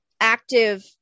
active